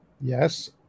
Yes